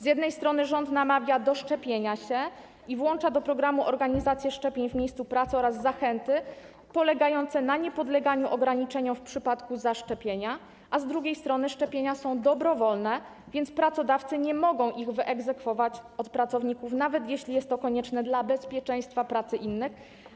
Z jednej strony rząd namawia do szczepienia się i włącza do programu możliwość organizacji szczepień w miejscu pracy oraz zachęty polegające na niepodleganiu ograniczeniom w przypadku zaszczepienia, a z drugiej strony szczepienia są dobrowolne, więc pracodawcy nie mogą ich wyegzekwować od pracowników, nawet jeśli jest to konieczne dla bezpieczeństwa pracy innych.